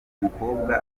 mukobwa